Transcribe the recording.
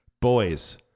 boys